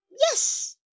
Yes